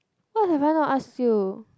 what I have not ask you